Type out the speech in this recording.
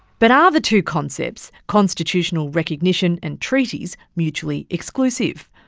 but are the two concepts constitutional recognition and treaties mutually exclusive?